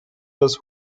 das